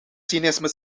cynisme